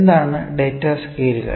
എന്താണ് ഡാറ്റ സ്കെയിലുകൾ